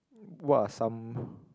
what are some